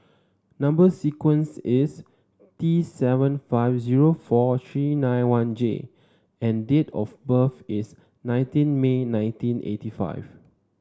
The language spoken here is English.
number sequence is T seven five zero four three nine one J and date of birth is nineteen May nineteen eighty five